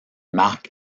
marque